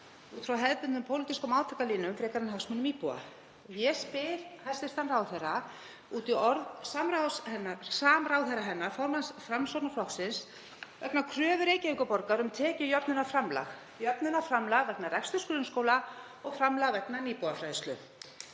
frá hefðbundnum pólitískum átakalínum frekar en hagsmunum íbúa. Ég spyr hæstv. ráðherra út í orð samráðherra hennar, formanns Framsóknarflokksins, vegna kröfu Reykjavíkurborgar um tekjujöfnunarframlag, jöfnunarframlag vegna reksturs grunnskóla og framlag vegna nýbúafræðslu,